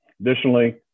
Additionally